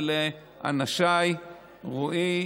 ולאנשיי: רועי,